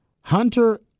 Hunter